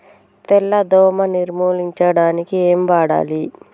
తెల్ల దోమ నిర్ములించడానికి ఏం వాడాలి?